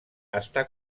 està